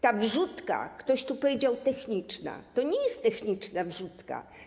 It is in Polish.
Ta wrzutka, ktoś tu powiedział: techniczna, to nie jest techniczna wrzutka.